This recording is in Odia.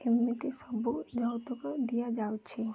ଏମିତି ସବୁ ଯୌତୁକ ଦିଆଯାଉଛି